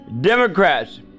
Democrats